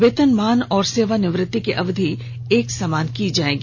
वेतनमान और सेवा निवृत्ति की अवधि एक समान की जायेगी